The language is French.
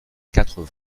quatre